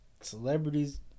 celebrities